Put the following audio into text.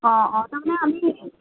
অঁ অঁ তাৰমানে আমি